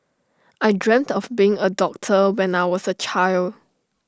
I dreamt of being A doctor when I was A child